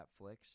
Netflix